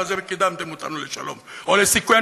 הזאת וקידמתם אותנו לשלום או לסיכוי?